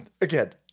again